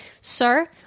sir